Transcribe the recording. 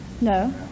No